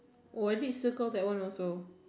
or is it circle that one also